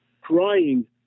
crying